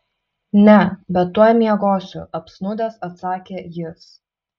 ne bet tuoj miegosiu apsnūdęs atsakė jis